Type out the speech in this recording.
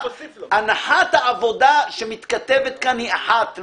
הנחת העבודה שמתכתבת כאן היא אחת.